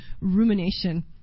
rumination